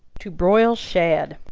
to broil shad.